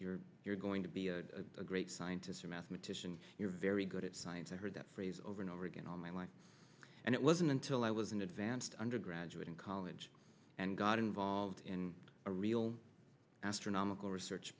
you're you're going to be a great scientist a mathematician you're very good at science i've heard that phrase over and over again all my life and it wasn't until i was an advanced undergraduate in college and got involved in a real astronomical research